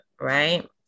right